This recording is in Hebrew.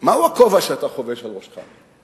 מהו הכובע שאתה חובש על ראשך?